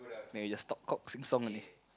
then just talk cock sing song only